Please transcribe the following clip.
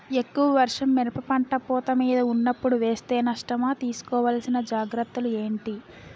ఎక్కువ వర్షం మిరప పంట పూత మీద వున్నపుడు వేస్తే నష్టమా? తీస్కో వలసిన జాగ్రత్తలు ఏంటి?